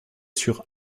sur